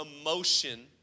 emotion